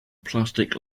plastic